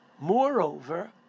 Moreover